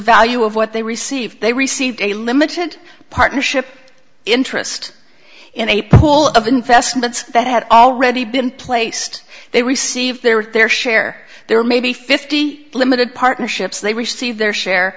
value of what they receive they received a limited partnership interest in a pool of investments that had already been placed they received their fair share there were maybe fifty limited partnerships they received their share